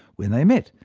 when they met,